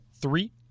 three